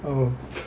mmhmm